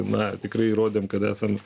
na tikrai įrodėm kad esam